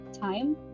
time